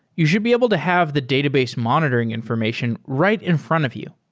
you should be able to have the database monitoring information right in front of you.